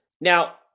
Now